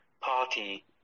party